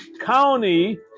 County